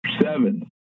seven